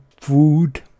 food